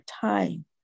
time